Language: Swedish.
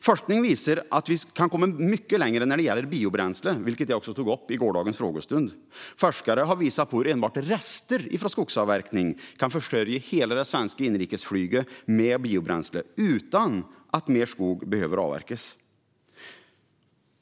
Forskning visar att vi kan komma mycket längre när det gäller biobränsle, vilket jag också tog upp under gårdagens frågestund. Forskare har visat hur enbart rester från skogsavverkning kan försörja hela det svenska inrikesflyget med biobränsle utan att mer skog behöver avverkas.